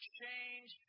change